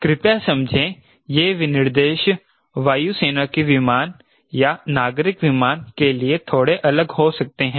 कृपया समझें ये विनिर्देश वायु सेना के विमान या नागरिक विमान के लिए थोड़े अलग हो सकते हैं